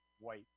white